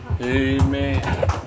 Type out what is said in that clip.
Amen